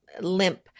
limp